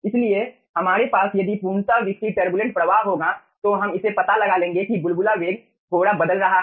इसलिए हमारे पास यदि पूर्णतः विकसित टरबुलेंट प्रवाह होगा तो हम इसे पता लगा लेंगे कि बुलबुला वेग थोड़ा बदल रहा है